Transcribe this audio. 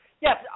Yes